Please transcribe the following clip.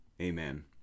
Amen